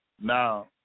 Now